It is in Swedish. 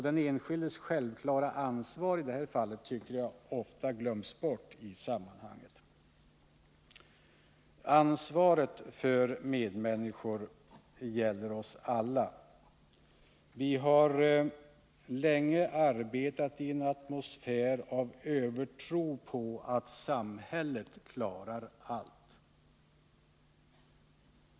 Den enskildes självklara ansvar glöms ofta bort i sammanhanget. Ansvaret för medmänniskor gäller oss alla. Vi har länge arbetat i en atmosfär av övertro på att samhället klarar allt.